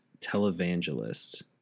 televangelist